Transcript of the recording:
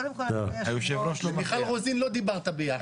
עם מיכל רוזין לא דיברת ביחד.